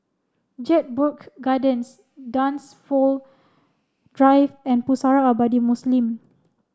Jedburgh Gardens Dunsfold Drive and Pusara Abadi Muslim